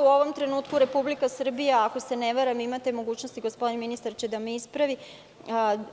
U ovom trenutku Republika Srbija, ako se ne varam, ima te mogućnosti, gospodin ministar će da me ispravi,